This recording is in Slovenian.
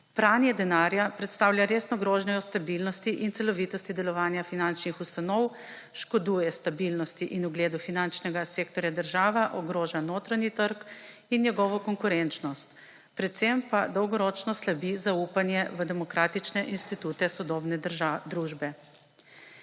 Pranje denarja predstavlja resno grožnjo stabilnosti in celovitosti delovanja finančnih ustanov, škoduje stabilnosti in ugledu finančnega sektorja država, ogroža notranji trg in njegovo konkurenčnost, predvsem pa dolgoročno slabi zaupanje v demokratične institute sodobne družbe.